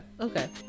Okay